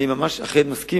אני ממש מסכים